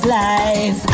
life